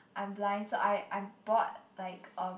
I'm blind so I I bought like um